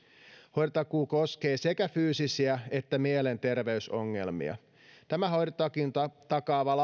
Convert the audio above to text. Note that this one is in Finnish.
hoitotakuu koskee sekä fyysisiä että mielenterveysongelmia tämä hoitotakuun takaavan